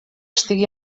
estigui